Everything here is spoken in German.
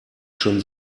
schon